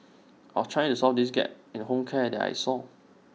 I was trying to solve this gap in home care that I saw